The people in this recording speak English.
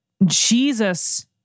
Jesus